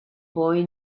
boy